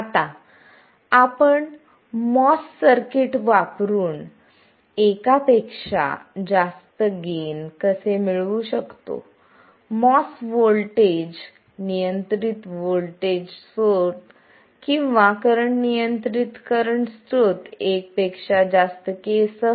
आता आपण MOS circuits वापरुन एक पेक्षा जास्त गेन कसे मिळवू शकतो MOS व्होल्टेज नियंत्रित व्होल्टेज स्रोत किंवा करंट नियंत्रित करंट स्त्रोत एक पेक्षा जास्त k सह